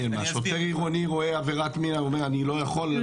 שוטר עירוני רואה עבירת מין ואומר אני לא יכול לטפל בזה?